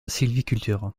sylviculture